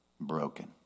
broken